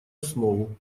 основу